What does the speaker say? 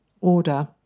order